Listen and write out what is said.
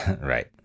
Right